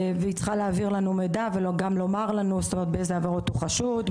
והיא צריכה להעביר לנו מידע וגם לומר לנו באיזה עבירות הוא חשוד,